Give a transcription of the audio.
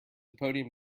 podium